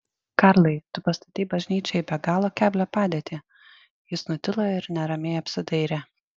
karlai tu pastatei bažnyčią į be galo keblią padėtį jis nutilo ir neramiai apsidairė